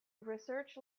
research